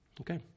Okay